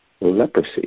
leprosy